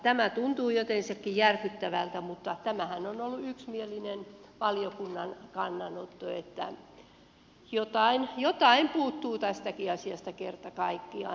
tämä tuntuu jotensakin järkyttävältä mutta tämähän on ollut yksimielinen valiokunnan kannanotto jotain puuttuu tästäkin asiasta kerta kaikkiaan